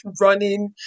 running